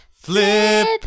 Flip